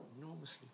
enormously